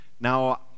Now